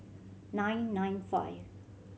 nine nine five